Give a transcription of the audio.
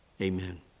Amen